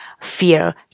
fear